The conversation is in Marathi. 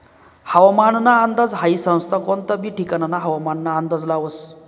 हवामानना अंदाज हाई संस्था कोनता बी ठिकानना हवामानना अंदाज लावस